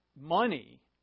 money